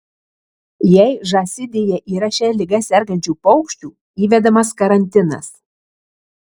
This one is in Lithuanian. jei žąsidėje yra šia liga sergančių paukščių įvedamas karantinas